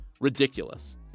...ridiculous